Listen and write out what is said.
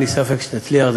אין לי ספק שתצליח,